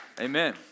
Amen